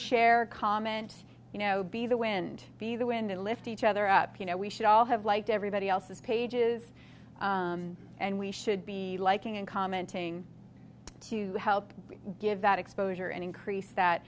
share comment you know be the wind be the wind and lift each other up you know we should all have like everybody else's pages and we should be liking and commenting to help give that exposure and increase that